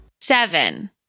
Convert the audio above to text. Seven